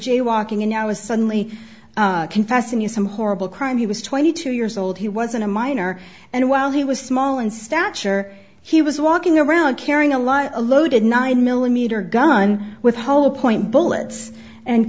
jaywalking and now is suddenly confessing you some horrible crime he was twenty two years old he wasn't a minor and while he was small in stature he was walking around carrying a lot a loaded nine millimeter gun with hollow point bullets and